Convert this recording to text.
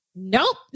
Nope